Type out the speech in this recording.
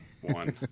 One